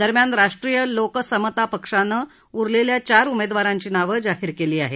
दरम्यान राष्ट्रीय लोक समता पक्षानं उरलेल्या चार उमेदवारांची नावं जाहीर केली आहेत